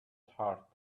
heart